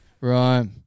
right